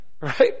right